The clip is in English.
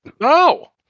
no